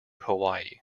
hawaii